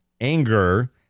anger